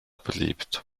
beliebt